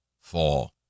fall